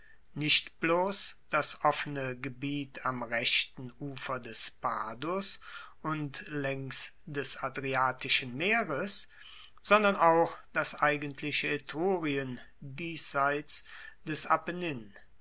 nicht bloss das offene gebiet am rechten ufer des padus und laengs des adriatischen meeres sondern auch das eigentliche etrurien diesseits des